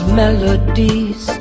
melodies